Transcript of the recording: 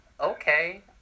okay